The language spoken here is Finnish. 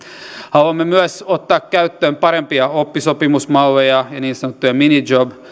haluamme myös ottaa käyttöön parempia oppisopimusmalleja ja niin sanottuja minijob